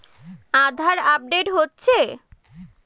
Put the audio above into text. আধার update হচ্ছে?